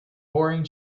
boring